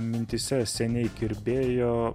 mintyse seniai kirbėjo